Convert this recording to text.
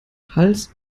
hals